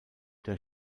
der